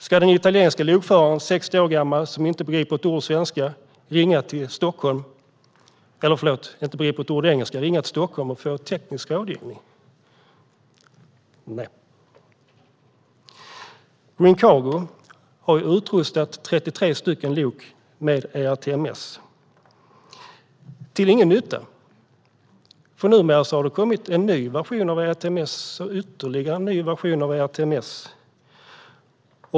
Ska den italienska lokföraren, 60 år gammal, som inte begriper ett ord engelska ringa till Stockholm och få teknisk rådgivning? Nej. Green Cargo har utrustat 33 lok med ERTMS till ingen nytta, för det har kommit en ny version av ERTMS och ytterligare en ny version av ERTMS.